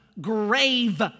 grave